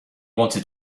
wanted